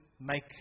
make